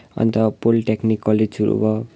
अन्त पोलिटेक्निक कलेजहरू भयो